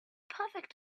perfect